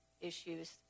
issues